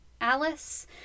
Alice